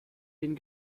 den